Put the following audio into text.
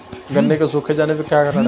गन्ने के सूख जाने का क्या कारण है?